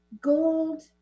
gold